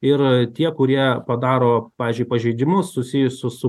ir tie kurie padaro pavyzdžiui pažeidimus susijusius su